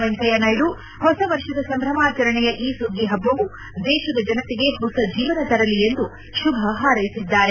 ವೆಂಕಯ್ಯ ನಾಯ್ದು ಹೊಸ ವರ್ಷದ ಸಂಭ್ರಮಾಚರಣೆಯ ಈ ಸುಗ್ಗಿ ಹಬ್ಲವು ದೇತದ ಜನತೆಗೆ ಹೊಸ ಜೀವನ ತರಲಿ ಎಂದು ಶುಭ ಹಾರ್ಲೆಸಿದ್ದಾರೆ